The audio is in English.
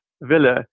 villa